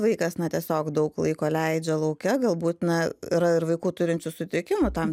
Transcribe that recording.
vaikas na tiesiog daug laiko leidžia lauke galbūt na yra ir vaikų turinčių sutrikimų tam